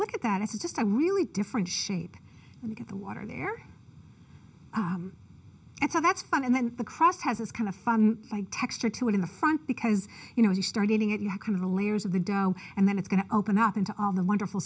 look at that it's just a really different shade and you get the water there and so that's fine and then the crust has it's kind of fun like texture to it in the front because you know if you start eating it you're kind of the layers of the dough and then it's going to open up into all the wonderful